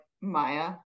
Maya